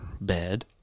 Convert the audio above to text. bed